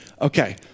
Okay